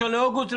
1 באוגוסט,